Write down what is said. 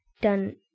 done